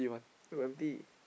where got empty